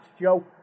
Joe